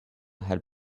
had